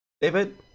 David